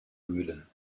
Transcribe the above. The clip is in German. mühlen